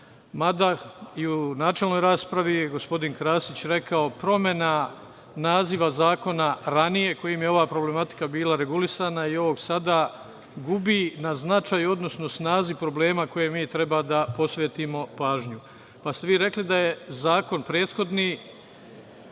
mada i u načelnoj raspravi gospodin Krasić je rekao – promena naziva zakona ranijeg kojim je ova problematika bila regulisana i ovog sada gubi na značaju, odnosno snazi problema kome mi treba da posvetimo pažnju. Pa ste vi rekli da je zakon prethodni